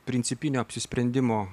principinio apsisprendimo